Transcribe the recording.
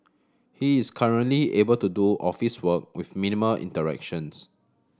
he is currently able to do office work with minimal interactions